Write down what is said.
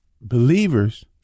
believers